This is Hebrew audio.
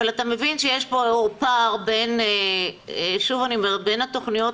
אבל אתה מבין שיש פה פער בין התוכניות